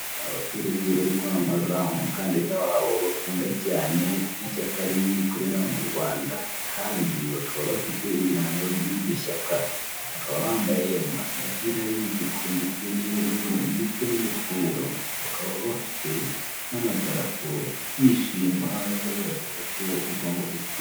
Abaturage bari kwamamaza umukandida wabo bakunda cyane w'ishyaka rimwe rikorera mu Rwanda kandi bakaba bafite ibirango by'iryo shyaka. Bakaba bambaye imipira y'imituku ndetse n'iy'ubururu ndetse n'ingofero. Bakaba bafite n'amadarapo, bishima, bavuga ko bagomba gutsinda.